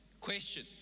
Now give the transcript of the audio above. Question